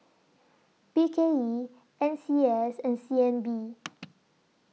B K E N C S and C N B